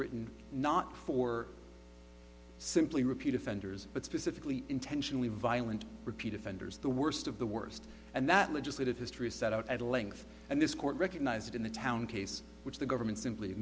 written not for simply repeat offenders but specifically intentionally violent repeat offenders the worst of the worst and that legislative history is set out at length and this court recognized in the town case which the government simply